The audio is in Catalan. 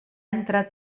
entrat